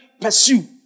pursue